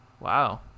Wow